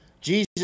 Jesus